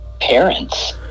parents